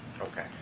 Okay